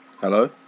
Hello